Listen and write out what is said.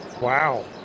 Wow